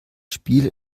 spiel